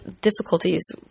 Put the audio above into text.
difficulties